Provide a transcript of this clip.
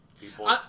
People